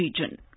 region